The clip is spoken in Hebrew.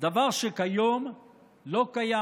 דבר שכיום לא קיים"